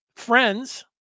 Friends